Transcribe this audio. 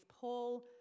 Paul